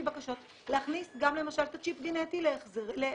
בקשות להכניס גם למשל את הצ'יפ הגנטי להסדרים.